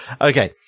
Okay